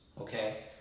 Okay